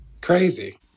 Crazy